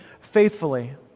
faithfully